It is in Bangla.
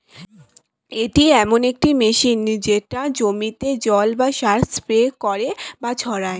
এটি এমন একটি মেশিন যেটা জমিতে জল বা সার স্প্রে করে বা ছড়ায়